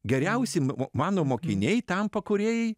geriausi mano mokiniai tampa kūrėjai